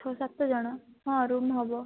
ଛଅ ସାତ ଜଣ ହଁ ରୁମ୍ ହେବ